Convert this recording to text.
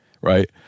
right